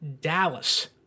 Dallas